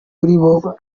cuba